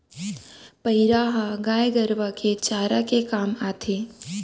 पैरा ह गाय गरूवा के चारा के काम आथे